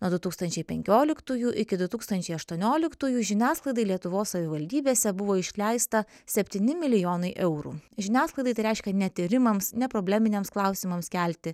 nuo du tūkstančiai penkioliktųjų iki du tūkstančiai aštuonioliktųjų žiniasklaidai lietuvos savivaldybėse buvo išleista septyni milijonai eurų žiniasklaidai tai reiškia ne tyrimams ne probleminiams klausimams kelti